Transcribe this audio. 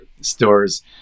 stores